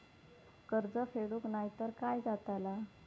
कर्ज फेडूक नाय तर काय जाताला?